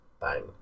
bang